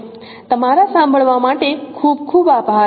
તમારા સાંભળવા માટે ખૂબ ખૂબ આભાર